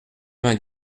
vingt